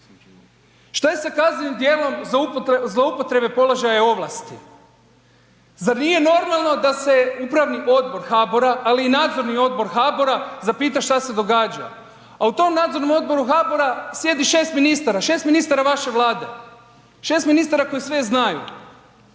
Što je sa kaznenim djelom zloupotrebe položaja i ovlasti? Zar nije normalno da se Upravni odbor HBOR-a, ali i Nadzorni odbor HBOR-a zapita što se događa? A u tom Nadzornom odboru HBOR-a sjedi 6 ministara, 6 ministara vaše Vlade. 6 ministara koji sve znaju.